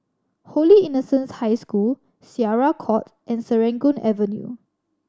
Holy Innocents' High School Syariah Court and Serangoon Avenue